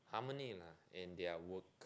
harmony lah in their work